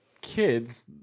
kids